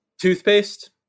toothpaste